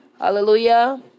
Hallelujah